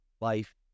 life